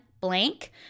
blank